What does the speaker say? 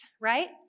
Right